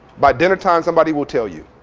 by dinnertime somebody will tell you.